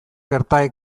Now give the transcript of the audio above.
gerta